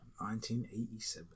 1987